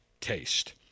taste